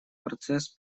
процесс